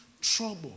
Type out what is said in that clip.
trouble